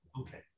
Okay